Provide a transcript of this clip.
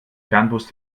fernbus